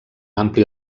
ampli